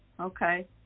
okay